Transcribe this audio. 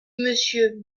monsieur